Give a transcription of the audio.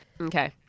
Okay